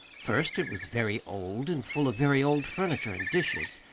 first it was very old, and full of very old furniture and dishes.